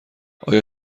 آیا